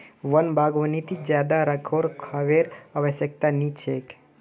वन बागवानीत ज्यादा रखरखावेर आवश्यकता नी छेक